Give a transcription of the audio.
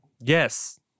Yes